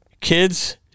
Kids